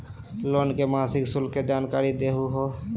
Loan के मासिक शुल्क के जानकारी दहु हो?